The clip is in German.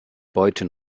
beute